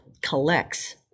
collects